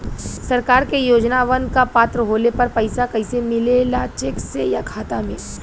सरकार के योजनावन क पात्र होले पर पैसा कइसे मिले ला चेक से या खाता मे?